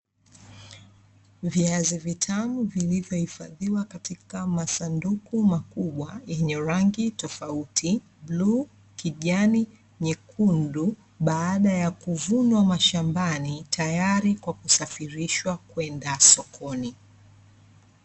Viazi vitamu vilivyohifadhiwa katika masanduku makubwa, yenye rangi tofauti: bluu, kijani, nyekundu, baada ya kuvunwa mashambani, tayari kwa kusafirishwa kwenda sokoni.